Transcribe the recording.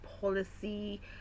policy